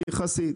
היחסית.